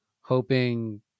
hoping